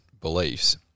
beliefs